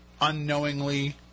unknowingly